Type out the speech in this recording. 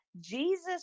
Jesus